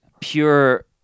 pure